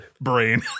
brain